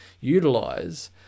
utilize